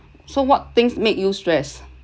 so what things make you stress